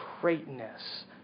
greatness